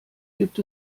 gibt